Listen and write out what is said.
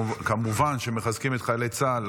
אנחנו כמובן מחזקים את חיילי צה"ל,